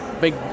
big